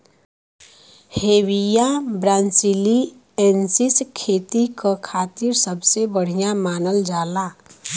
Hevea ब्रासिलिएन्सिस खेती क खातिर सबसे बढ़िया मानल जाला